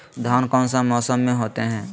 धान कौन सा मौसम में होते है?